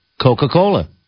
Coca-Cola